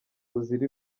buzira